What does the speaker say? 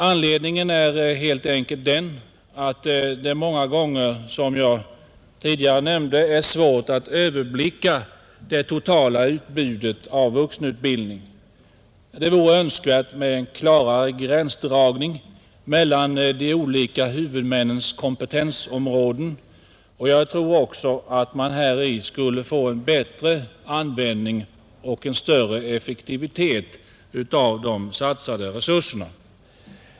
Anledningen är helt enkelt den att det många gånger, som jag tidigare nämnt, är svårt att överblicka det totala utbudet av vuxenutbildning. Det vore önskvärt med en klarare gränsdragning mellan de olika huvudmännens kompetensområden, och jag tror också att man härigenom skulle få en bättre användning och en större effektivitet av de satsade resurserna.